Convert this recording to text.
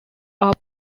are